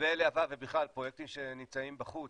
לגבי להב"ה ובכלל פרויקטים שנמצאים בחוץ,